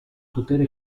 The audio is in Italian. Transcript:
potere